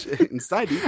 Inside